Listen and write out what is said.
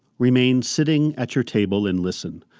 remain sitting at your table and listen.